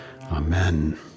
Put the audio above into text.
Amen